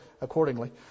accordingly